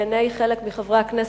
בעיני חלק מחברי הכנסת,